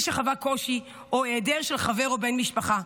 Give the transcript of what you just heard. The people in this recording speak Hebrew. שחווה קושי או היעדר של חבר או בן משפחה.